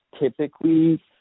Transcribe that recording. typically